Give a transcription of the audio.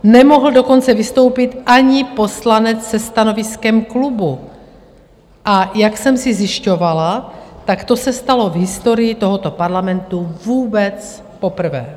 Nemohl dokonce vystoupit ani poslanec se stanoviskem klubu, a jak jsem si zjišťovala, tak to se stalo v historii tohoto Parlamentu vůbec poprvé.